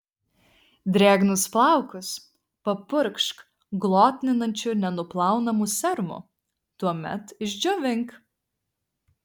drėgnus plaukus papurkšk glotninančiu nenuplaunamu serumu tuomet išdžiovink